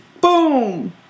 Boom